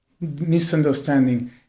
misunderstanding